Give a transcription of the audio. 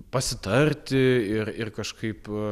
pasitarti ir ir kažkaip